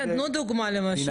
תנו דוגמה למשל.